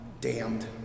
damned